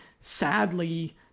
sadly